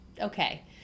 okay